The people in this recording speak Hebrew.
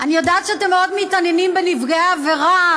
אני יודעת שאתם מאוד מתעניינים בנפגעי עבירה,